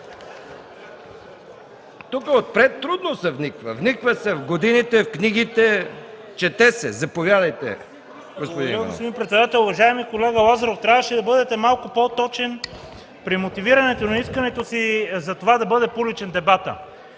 Тук отпред трудно се вниква. Вниква се в годините, в книгите, чете се. Реплики? Заповядайте, господин Иванов.